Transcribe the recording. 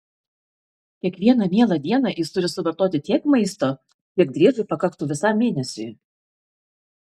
kiekvieną mielą dieną jis turi suvartoti tiek maisto kiek driežui pakaktų visam mėnesiui